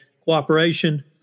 cooperation